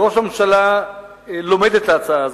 ראש הממשלה לומד את ההצעה הזאת,